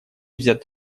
взять